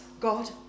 God